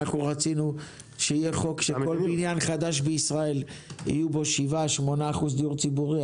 אנחנו רצינו שיהיה חוק שבכל בניין חדש בישראל יהיו 8%-7% דיור ציבורי.